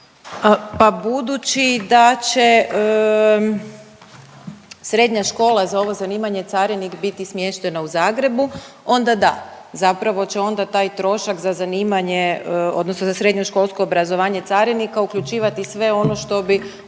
Pa budući da će srednja škola za ovo zanimanje carinik biti smještena u Zagrebu, onda da. Zapravo će onda taj trošak za zanimanje odnosno za srednjoškolsko obrazovanje carinika uključivati sve ono što bi